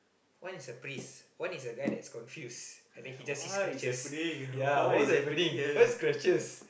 one is a priest one is a guy that's confused and then he just see scratches ya what's happening what's the questions